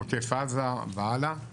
עוטף עזה והלאה,